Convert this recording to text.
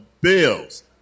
Bills